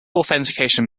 authentication